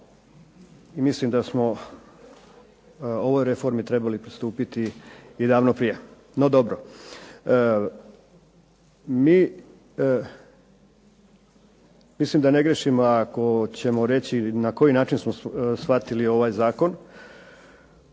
i mislim da smo ovoj reformi trebali pristupiti i davno prije, no dobro. Mi, mislim da ne griješim ako ćemo reći na koji način smo shvatili ovaj zakon.